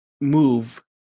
move